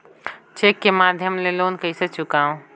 Cheque के माध्यम ले लोन कइसे चुकांव?